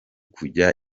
kuzajya